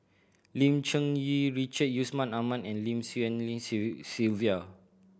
Lim Cherng Yih Richard Yusman Aman and Lim Swee Lian Sylvia